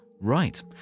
Right